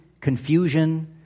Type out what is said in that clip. confusion